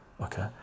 okay